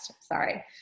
sorry